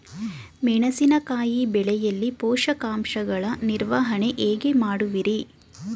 ಮೆಣಸಿನಕಾಯಿ ಬೆಳೆಯಲ್ಲಿ ಪೋಷಕಾಂಶಗಳ ನಿರ್ವಹಣೆ ಹೇಗೆ ಮಾಡುವಿರಿ?